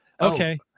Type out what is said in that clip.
okay